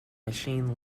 machine